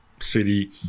City